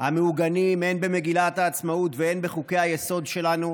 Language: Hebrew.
המעוגנים הן במגילת העצמאות והן בחוקי-היסוד שלנו,